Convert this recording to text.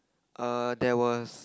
err there was